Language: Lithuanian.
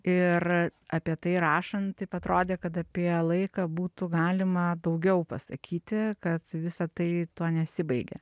ir apie tai rašant taip atrodė kad apie laiką būtų galima daugiau pasakyti kad visa tai tuo nesibaigia